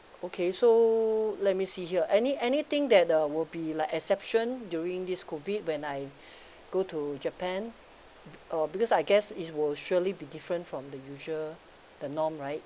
okay so let me see here any anything that uh will be like exception during this COVID when I go to japan uh because I guess it will surely be different from the usual the norm right